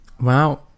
Wow